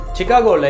Chicago